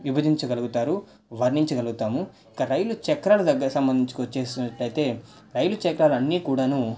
విభజించగలుగుతారు వర్ణించగలుగుతాము ఇక రైలు చక్రాల దగ్గరికి సంబంధించి చూసినట్లయితే రైలు చక్రాలన్నీ కూడాను